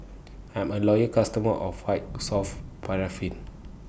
I'm A Loyal customer of White Soft Paraffin